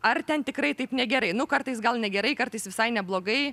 ar ten tikrai taip negerai nu kartais gal negerai kartais visai neblogai